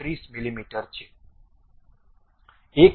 32 મીમી છે